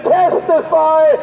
testify